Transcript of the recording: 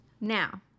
now